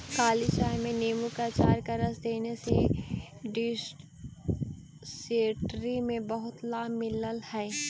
काली चाय में नींबू के अचार का रस देने से डिसेंट्री में बहुत लाभ मिलल हई